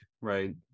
right